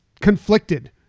conflicted